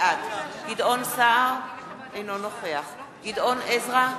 בעד גדעון סער, אינו נוכח גדעון עזרא,